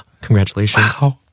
Congratulations